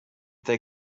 they